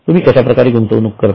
तुम्ही कश्याप्रकारे गुंतवणूक'करता